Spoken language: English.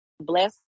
bless